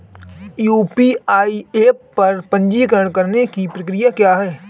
UPI app पर पंजीकरण करने की प्रक्रिया क्या है?